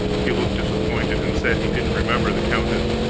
he looked disappointed, and said he didn't remember the countess.